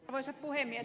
arvoisa puhemies